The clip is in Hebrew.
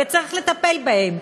וצריך לטפל בהם,